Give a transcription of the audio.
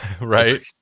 right